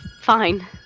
fine